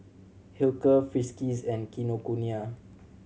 Hilker Friskies and Kinokuniya